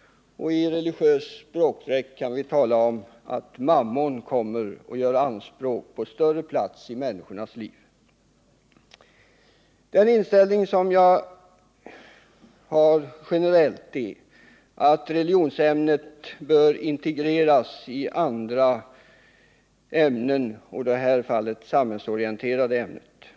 — i religiös språkdräkt kan vi tala om att Mammon kommer och gör anspråk på större plats i människornas liv. Den inställning som jag har generellt är att religionsämnet bör integreras i andra ämnen, i detta fall samhällsorienterande ämnen.